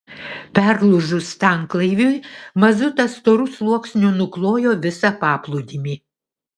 perlūžus tanklaiviui mazutas storu sluoksniu nuklojo visą paplūdimį